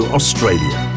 Australia